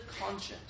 conscience